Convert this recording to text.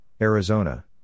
Arizona